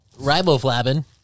Riboflavin